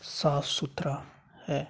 ਸਾਫ਼ ਸੁਥਰਾ ਹੈ